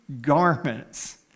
garments